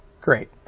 Great